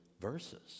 verses